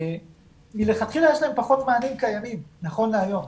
יש להן פחות מענים קיימים נכון להיום.